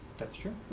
that's true.